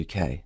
UK